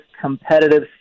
competitive